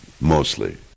Mostly